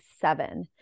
seven